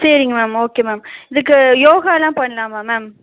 சரிங்க ma'am okay ma'am இதுக்கு யோகாலாம் பண்ணலாமா மேம்